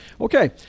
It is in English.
okay